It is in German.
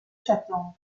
schätzungen